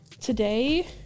today